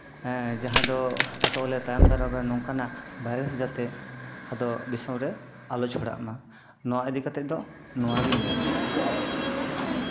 ᱮᱜ ᱡᱟᱦᱟᱸ ᱫᱚ ᱟᱥᱚᱜ ᱟᱞᱮ ᱛᱟᱭᱚᱢ ᱫᱟᱨᱟᱢ ᱨᱮᱱ ᱱᱚᱝᱠᱟᱱᱟᱜ ᱵᱷᱟᱭᱨᱟᱥ ᱡᱟᱛᱮ ᱟᱫᱚ ᱫᱤᱥᱚᱢᱨᱮ ᱟᱞᱚ ᱪᱷᱚᱲᱟᱜ ᱢᱟ ᱱᱚᱣᱟ ᱤᱫᱤ ᱠᱟᱛᱮᱜ ᱫᱚ ᱱᱚᱣᱟᱜᱤᱧ ᱢᱮᱱᱟ